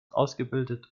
ausgebildet